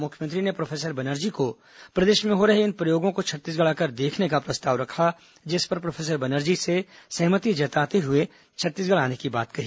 मुख्यमंत्री ने प्रोफेसर बनर्जी को प्रदेश में हो रहे इन प्रयोगों को छत्तीसगढ़ आकर देखने का प्रस्ताव रखा जिस पर प्रोफेसर बनर्जी से सहमति जताते हुए छत्तीसगढ़ आने की बात कही